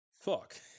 fuck